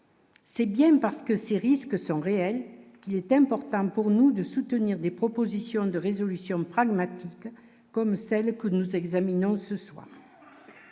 C'est bien parce que ces risques sont réels, qui était important pour nous de soutenir des propositions de résolution pragmatique comme celle que nous examinons ce soir,